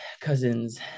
Cousins